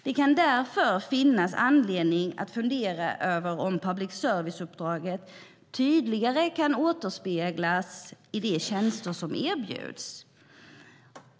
Det kan därför finnas anledning att fundera över om public service-uppdraget tydligare kan återspeglas i de tjänster som erbjuds.